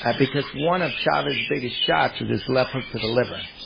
ah because one of chavez's biggest shots was this left hook to the liver.